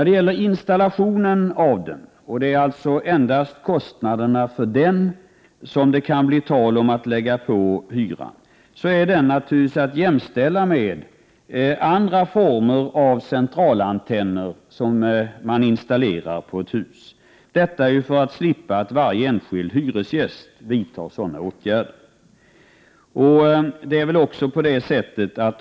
Denna installation — det är alltså endast kostnader z E äl på SN hyresgäster att betala na för den som det kan bli tal om att lägga på hyran — är naturligtvis att ER kostnaderna för in jämställa med installation av andra former av centralantenner i ett hus. Detta gör man för att undvika att varje enskild hyresgäst vidtar sådana åtgärder.